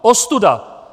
Ostuda!